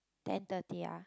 ten thirty ah